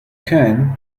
can